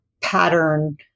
pattern